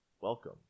Welcome